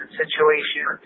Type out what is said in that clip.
situation